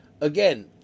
Again